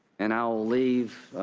and i will leave